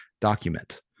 document